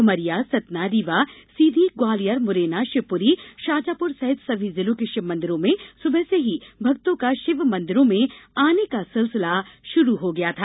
उमरिया सतना रीवा सीधीग्वालियर मुरैना शिवपुरी शाजापुर सहित सभी जिलों के शिवमंदिरों में सुबह से ही भक्तों का शिव मंदिरों में आने का सिलसिला शुरू हो गया था